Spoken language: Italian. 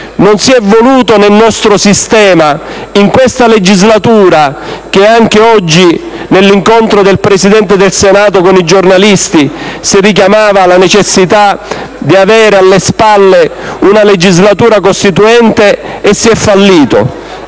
lo si è voluto e in questa legislatura - e anche oggi nell'incontro del Presidente del Senato con i giornalisti si richiamava la necessità di avere alle spalle una legislatura costituente - si è fallito;